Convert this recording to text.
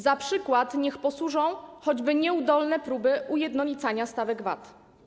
Za przykład niech posłużą choćby nieudolne próby ujednolicania stawek VAT.